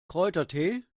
kräutertee